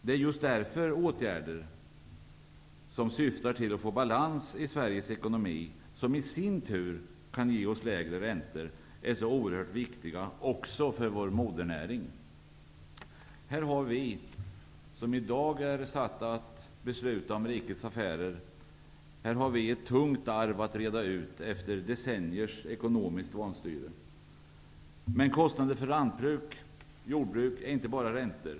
Det är just därför som åtgärder som syftar till att åstadkomma balans i Sveriges ekonomi, som i sin tur kan ge oss lägre räntor, är så oerhört viktiga också för vår modernäring. Här har vi som i dag är satta att fatta beslut om rikets affärer ett tungt arv när det gäller att reda ut resultatet av decenniers ekonomiska vanstyre. Kostnader för lantbruk och jordbruk är emellertid inte bara räntor.